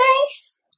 Thanks